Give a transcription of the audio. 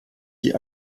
die